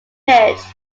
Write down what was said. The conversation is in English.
pitched